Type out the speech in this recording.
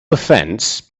offense